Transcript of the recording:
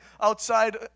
outside